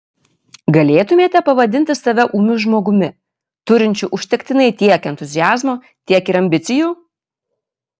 galėtumėte pavadinti save ūmiu žmogumi turinčiu užtektinai tiek entuziazmo tiek ir ambicijų